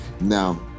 Now